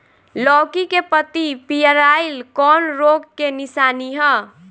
लौकी के पत्ति पियराईल कौन रोग के निशानि ह?